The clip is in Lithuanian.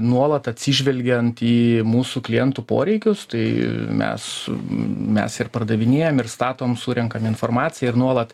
nuolat atsižvelgiant į mūsų klientų poreikius tai mes mes ir pardavinėjam ir statom surenkam informaciją ir nuolat